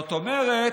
זאת אומרת,